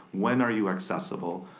when are you accessible?